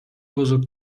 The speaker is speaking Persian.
بزرگ